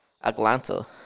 Atlanta